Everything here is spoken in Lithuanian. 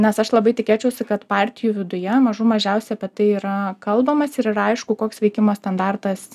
nes aš labai tikėčiausi kad partijų viduje mažų mažiausia apie tai yra kalbamasi ir yra aišku koks veikimo standartas